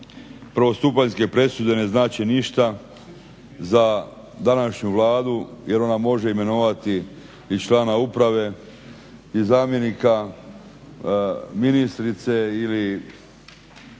prvostupanjske presude ne znače ništa za današnju Vladu jer ona može imenovati i člana uprave i zamjenika ministrice ili